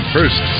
First